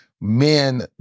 men